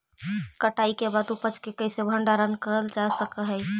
कटाई के बाद उपज के कईसे भंडारण करल जा सक हई?